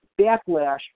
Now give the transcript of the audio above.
backlash